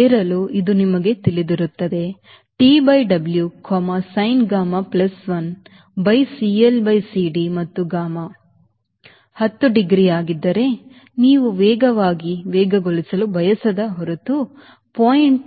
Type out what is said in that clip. ಏರಲು ಇದು ನಿಮಗೆ ತಿಳಿದಿರುತ್ತದೆ TWsin gamma plus 1 by CL by CD ಮತ್ತು gamma 10 ಡಿಗ್ರಿ ಆಗಿದ್ದರೆ ನೀವು ವೇಗವಾಗಿ ವೇಗಗೊಳಿಸಲು ಬಯಸದ ಹೊರತು 0